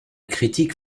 critique